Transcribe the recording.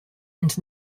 and